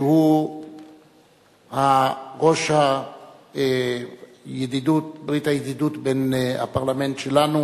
שהוא ראש ברית הידידות בין הפרלמנט שלנו